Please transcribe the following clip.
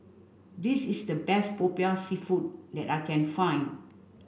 this is the best Popiah Seafood that I can find